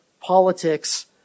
politics